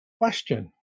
question